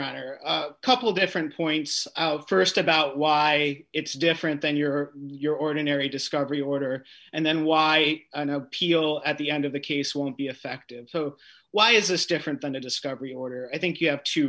honor a couple different points st about why it's different then you're your ordinary discovery order and then why an appeal at the end of the case won't be effective so why is this different than a discovery order i think you have two